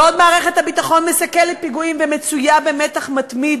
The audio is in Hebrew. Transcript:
בעוד מערכת הביטחון מסכלת פיגועים ומצויה במתח מתמיד